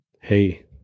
Hey